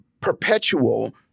perpetual